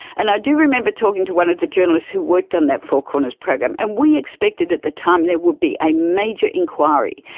and i do remember talking to one of the journalists who worked on that four corners program, and we expected at the time there would be a major inquiry,